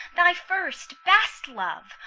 thy first best love,